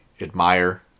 admire